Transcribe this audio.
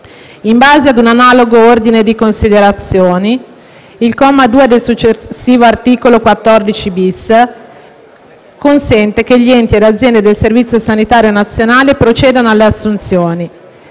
In base a un analogo ordine di considerazioni, il comma 2 del successivo articolo 14-*bis* consente che gli enti e le aziende del Servizio sanitario nazionale procedano alle assunzioni,